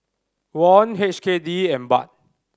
Won H K D and Baht